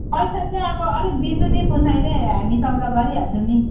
पैसा चाहिँ अब अलिक दिनु नि पुसाइँले हामी सौदा गरिहाल्छौँ नि